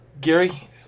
Gary